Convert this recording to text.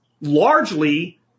largely